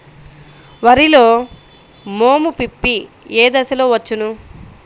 వరిలో మోము పిప్పి ఏ దశలో వచ్చును?